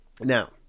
Now